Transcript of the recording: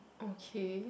okay